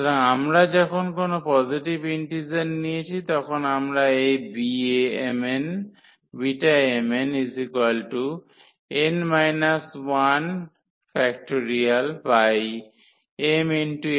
সুতরাং আমরা যখন কোনও পজিটিভ ইন্টিজার নিয়েছি তখন আমরা এই Bmnn 1